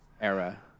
era